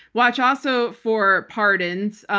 watch also for pardons.